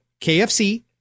KFC